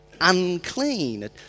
unclean